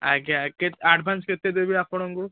ଆଜ୍ଞା ଆଡ଼୍ଭାନ୍ସ କେତେ ଦେବେ ଆପଣଙ୍କୁ